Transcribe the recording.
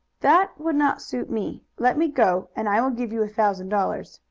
that would not suit me. let me go and i will give you a thousand dollars.